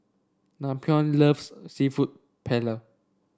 Napoleon loves seafood Paella